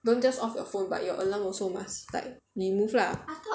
don't just off your phone but your alarm also must like remove lah